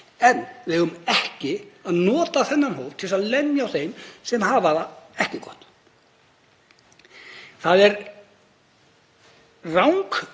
En við eigum ekki að nota þann hóp til að lemja á þeim sem hafa það ekki gott. Það er röng